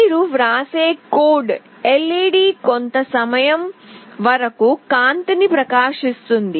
మీరు వ్రాసే code LED కొంత సమయం వరకు కాంతిని ప్రకాశిస్తుంది